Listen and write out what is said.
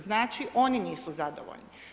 Znači, oni nisu zadovoljni.